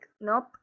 nope